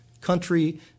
country